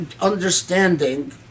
understanding